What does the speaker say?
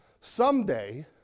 Someday